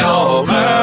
over